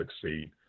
succeed